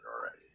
already